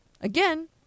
again